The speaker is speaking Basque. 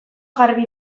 garbi